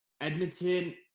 Edmonton